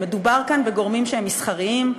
מדובר כאן בגורמים שהם מסחריים,